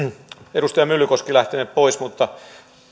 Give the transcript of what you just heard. edustaja myllykoski lähteä pois mutta